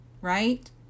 right